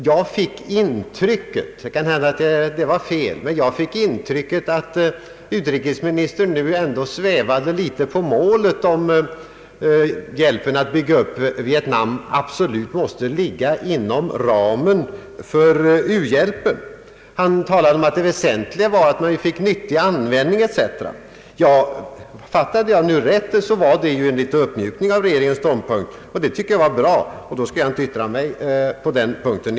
Jag fick det intrycket — kanhända var det fel — att utrikesministern nu svävade litet på målet när det gällde frågan huruvida hjälpen för att bygga upp Vietnam absolut måste ligga inom ramen för u-hjälpen. Det väsentliga var enligt hans mening att hjälpen kom till nyttig användning etc. Om jag fattade honom riktigt, innebar det en liten uppmjukning av regeringens ståndpunkt. Det tycker jag var bra, och då skall jag inte yttra mig mera på den punkten.